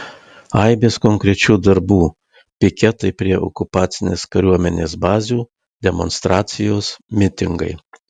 aibės konkrečių darbų piketai prie okupacinės kariuomenės bazių demonstracijos mitingai